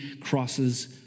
crosses